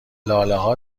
لالهها